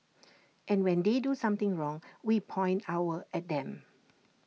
and when they do something wrong we point our at them